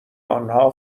آنها